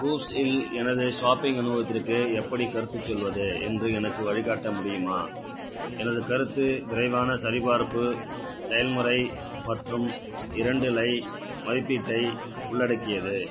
கூவ்ஸ் இல் எனது ஷாப்பிங் அனுபவத்திற்கு எப்படிக் கருத்துச் சொல்வது என்று எனக்கு வழிகாட்ட முடியுமா எனது கருத்து விரைவான சரிபார்ப்பு செயல்முறை மற்றும் இரண்டு ளை மதிப்பீட்டை உள்ளடக்கியது